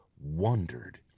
wondered